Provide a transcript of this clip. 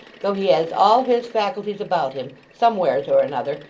though he has all his faculties about him, somewheres or another,